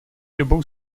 dobou